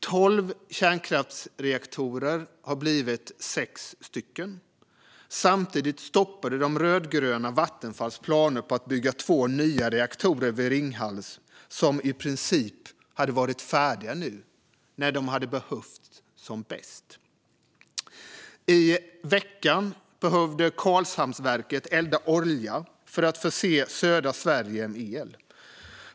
Tolv kärnkraftsreaktorer har blivit sex stycken. Samtidigt stoppade de rödgröna Vattenfalls planer på att bygga två nya reaktorer vid Ringhals, som i princip hade varit färdiga nu när de hade behövts som bäst. I veckan behövde Karlshamnsverket elda olja för att förse södra Sverige med el.